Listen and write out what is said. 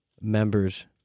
members